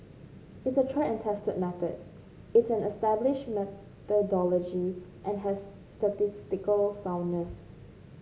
it's a tried and tested method it's an established methodology and has statistical soundness